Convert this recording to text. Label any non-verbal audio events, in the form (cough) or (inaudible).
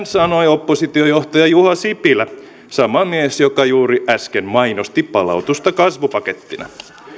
(unintelligible) sanoi oppositiojohtaja juha sipilä sama mies joka juuri äsken mainosti palautusta kasvupakettina